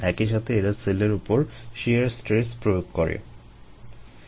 এই shear stress আসলে কী